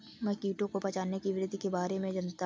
मैं कीटों को पहचानने की विधि के बारे में जनता हूँ